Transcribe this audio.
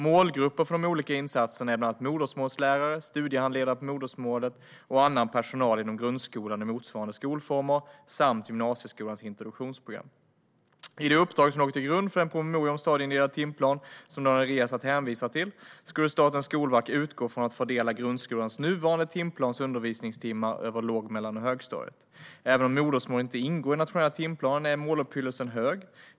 Målgrupper för de olika insatserna är bland annat modersmålslärare, studiehandledare på modersmålet och annan personal inom grundskolan och motsvarande skolformer samt gymnasieskolans introduktionsprogram. I det uppdrag som låg till grund för den promemoria om stadieindelad timplan som Daniel Riazat hänvisar till skulle Statens skolverk utgå ifrån och fördela grundskolans nuvarande timplans undervisningstimmar över låg, mellan och högstadiet. Även om modersmål inte ingår i den nationella timplanen är måluppfyllelsen hög.